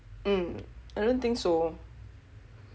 mm I don't think so